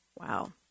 Wow